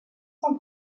sans